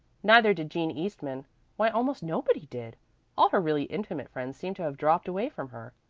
neither did jean eastman why almost nobody did all her really intimate friends seemed to have dropped away from her.